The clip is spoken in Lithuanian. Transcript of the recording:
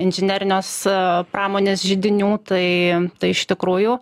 ir inžinerinės pramonės židinių tai tai iš tikrųjų